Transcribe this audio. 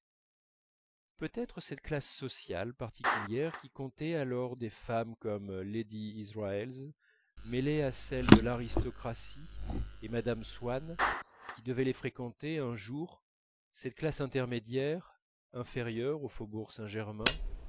peut-être cette classe sociale particulière qui comptait alors des femmes comme lady israels mêlée à celles de l'aristocratie et mme swann qui devait les fréquenter un jour cette classe intermédiaire inférieure au faubourg saint-germain